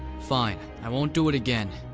fine. i won't do it again.